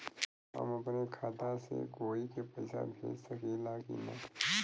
हम अपने खाता से कोई के पैसा भेज सकी ला की ना?